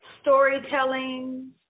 storytelling